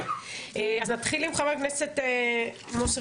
נתחיל עם חבר הכנסת מוסי